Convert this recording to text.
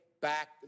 back